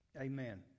Amen